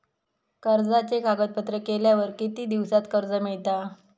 कर्जाचे कागदपत्र केल्यावर किती दिवसात कर्ज मिळता?